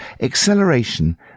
Acceleration